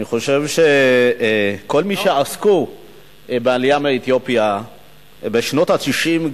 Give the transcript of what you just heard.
אני חושב שכל מי שעסק בעלייה מאתיופיה בשנות ה-90,